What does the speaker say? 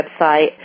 website